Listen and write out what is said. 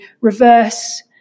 reverse